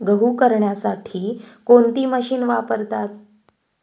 गहू करण्यासाठी कोणती मशीन वापरतात?